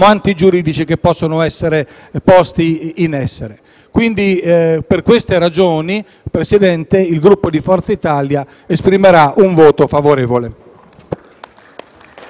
antigiuridici che possono essere posti in essere. Per queste ragioni, Presidente, il Gruppo Forza Italia esprimerà un voto favorevole.